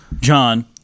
John